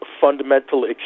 fundamental